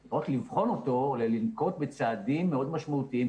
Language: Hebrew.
לא רק לבחון אותו אלא לנקוט בצעדים מאוד משמעותיים,